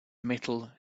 metal